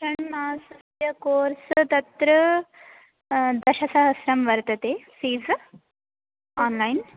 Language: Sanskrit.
षण्मासस्य कोर्स् तत्र दशसहस्रं वर्तते फ़ीस् आन्लैन्